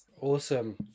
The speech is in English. Awesome